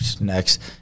Next